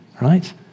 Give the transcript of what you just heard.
right